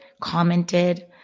commented